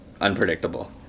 unpredictable